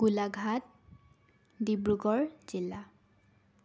গোলাঘাট ডিব্ৰুগড় জিলা